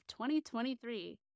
2023